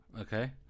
Okay